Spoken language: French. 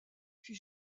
fit